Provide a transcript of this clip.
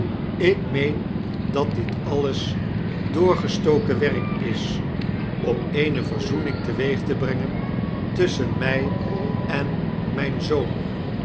ik meen dat dit alles doorgestoken werk is om eene verzoening teweeg te brengen tusschen mij en mijn zoon